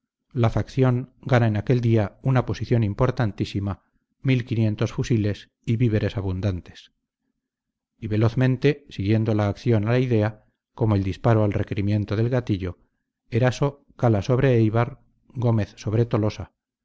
la facción gana en aquel día una posición importantísima mil quinientos fusiles y víveres abundantes y velozmente siguiendo la acción a la idea como el disparo al requerimiento del gatillo eraso cala sobre éibar gómez sobre tolosa